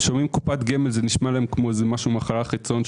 קופת גמל נשמע להם משהו מהחלל החיצון,